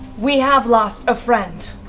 we have lost a friend.